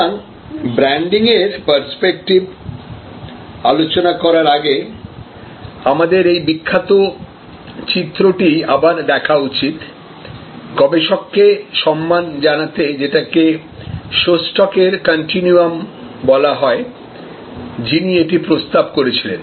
সুতরাং ব্র্যান্ডিংয়ের পারস্পেক্টিভ আলোচনা করার আগে আমাদের এই বিখ্যাত চিত্রটি আবার দেখা উচিত গবেষককে সম্মান জানাতে যেটাকে শোস্টকের কন্টিনুয়াম Shostack's continuum বলা হয় যিনি এটি প্রস্তাব করেছিলেন